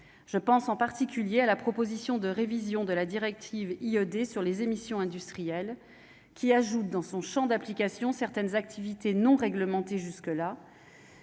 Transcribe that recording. je pense en particulier à la proposition de révision de la directive iodé sur les émissions industrielles qui ajoute dans son Champ d'application certaines activités non réglementés jusque là